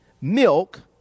milk